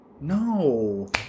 No